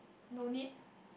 no need